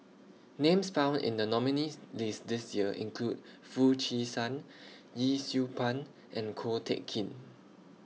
Names found in The nominees' list This Year include Foo Chee San Yee Siew Pun and Ko Teck Kin